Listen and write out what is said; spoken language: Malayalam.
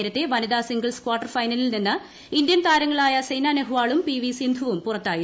നേരത്തെ വനിതാ സിംഗിൾസ് കാർട്ടർ ഫൈനലിൽ നിന്ന് ഇന്ത്യൻ താരങ്ങളായ സൈനാ നെഹ്വാളും പി വി സിന്ധുവും പുറത്തായിരുന്നു